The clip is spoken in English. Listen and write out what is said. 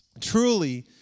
truly